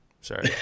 Sorry